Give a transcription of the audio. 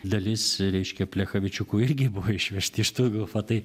dalis reiškia plechavičiukų irgi buvo išvežti į štuthofą tai